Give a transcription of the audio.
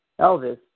Elvis